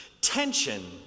Tension